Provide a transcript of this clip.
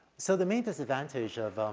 so the main disadvantage of